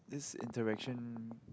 is interaction